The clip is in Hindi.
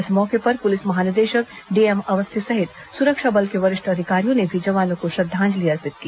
इस मौके पर पुलिस महानिदेशक डीएम अवस्थी सहित सुरक्षा बल के वरिष्ठ अधिकारियों ने भी जवानों को श्रद्धांजलि अर्पित की